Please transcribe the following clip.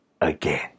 Again